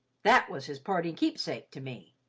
that was his parting keepsake to me.